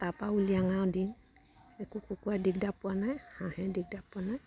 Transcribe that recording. তাপা একো কুকুৰাই দিগদাৰ পোৱা নাই হাঁহে দিগদাৰ পোৱা নাই